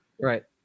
Right